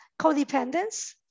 codependence